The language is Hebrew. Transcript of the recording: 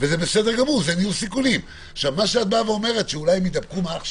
את אומרת: אולי הם יידבקו מאח שלהם.